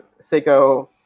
Seiko